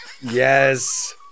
Yes